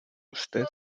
usted